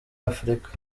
afrika